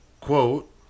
Quote